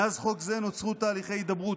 מאז חוק זה נוצרו תהליכי הידברות,